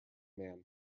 man